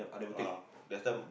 ah that's time